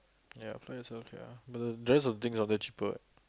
ya price but the rest of things down there cheaper [what]